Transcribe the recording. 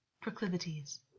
proclivities